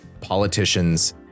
politicians